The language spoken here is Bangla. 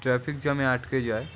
ট্র্যাফিক জ্যামে আটকে যায়